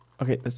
Okay